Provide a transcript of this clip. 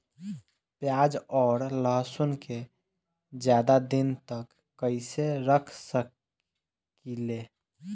प्याज और लहसुन के ज्यादा दिन तक कइसे रख सकिले?